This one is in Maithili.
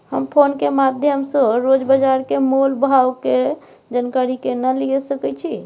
हम फोन के माध्यम सो रोज बाजार के मोल भाव के जानकारी केना लिए सके छी?